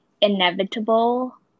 inevitable